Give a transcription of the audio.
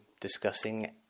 discussing